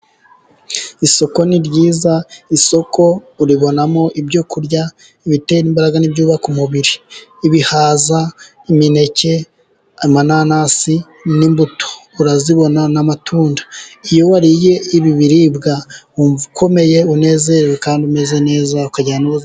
Isoko ni ryiza, isoko uribonamo ibyo kurya: bitera imbaraga n'ibyubaka umubiri, bihaza, imineke, amananasi n'imbuto urazibona n'amatunda. Iyo wariye ibi biribwa wumva ukomeye unezerewe kandi umeze neza, kagenda umeze...